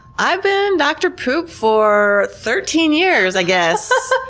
i've been dr. poop for thirteen years, i guess.